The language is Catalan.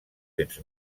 cents